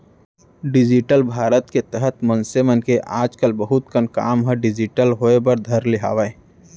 digital Bharat के तहत मनसे मन के आज कल बहुत कन काम ह डिजिटल होय बर धर ले हावय